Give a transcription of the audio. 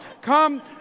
Come